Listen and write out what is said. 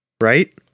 right